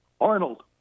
Arnold